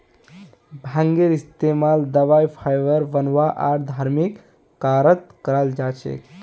भांगेर इस्तमाल दवाई फाइबर बनव्वा आर धर्मिक कार्यत कराल जा छेक